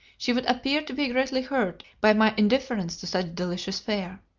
she would appear to be greatly hurt by my indifference to such delicious fare.